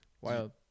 wild